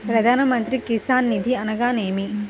ప్రధాన మంత్రి కిసాన్ నిధి అనగా నేమి?